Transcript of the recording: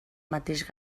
mateix